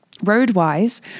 Road-wise